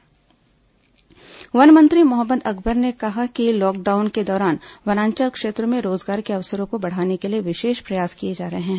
one मंत्री तेन्दूपत्ता खरीदी वन मंत्री मोहम्मद अकबर ने कहा कि लॉक डाउन के दौरान वनांचल क्षेत्रों में रोजगार के अवसरों को बढ़ाने के लिए विशेष प्रयास किए जा रहे हैं